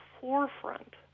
forefront